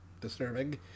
disturbing